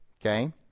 Okay